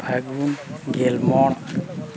ᱯᱷᱟᱹᱜᱩᱱ ᱜᱮᱞ ᱢᱚᱬ